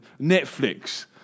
Netflix